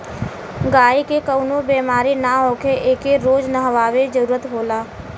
गायी के कवनो बेमारी ना होखे एके रोज नहवावे जरुरत होला